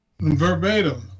verbatim